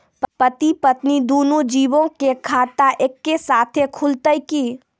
पति पत्नी दुनहु जीबो के खाता एक्के साथै खुलते की?